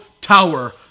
tower